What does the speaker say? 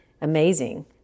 amazing